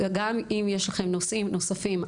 גם אם יש לכם נושאים נוספים,